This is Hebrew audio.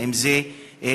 האם זה נכון?